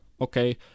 okay